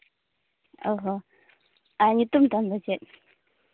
ᱚ ᱦᱚᱸ ᱟᱨ ᱧᱩᱛᱩᱢ ᱛᱟᱢ ᱫᱚ ᱪᱮᱫ